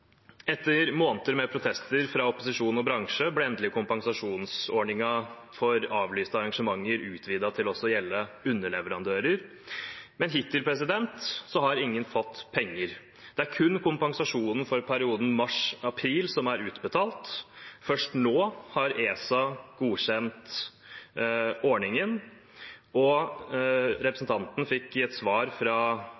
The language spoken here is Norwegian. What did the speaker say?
Etter måneder med protester fra opposisjonen og fra bransjen ble kompensasjonsordningen for avlyste arrangementer endelig utvidet til også å gjelde underleverandører. Men hittil har ingen fått penger. Det er kun kompensasjonen for perioden mars–april som er utbetalt. Først nå har ESA godkjent ordningen, og